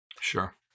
Sure